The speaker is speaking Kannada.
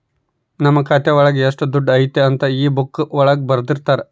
ನಮ್ ಖಾತೆ ಒಳಗ ಎಷ್ಟ್ ದುಡ್ಡು ಐತಿ ಅಂತ ಈ ಬುಕ್ಕಾ ಒಳಗ ಬರ್ದಿರ್ತರ